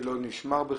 שזה לא נשמר בכלל,